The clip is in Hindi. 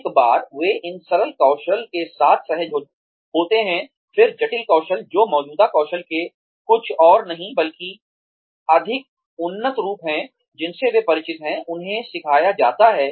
एक बार वे इन सरल कौशल के साथ सहज होते हैं फिर जटिल कौशल जो मौजूदा कौशल के कुछ और नहीं बल्कि अधिक उन्नत रूप हैं जिनसे वे परिचित हैं उन्हें सिखाया जाता है